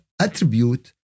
attribute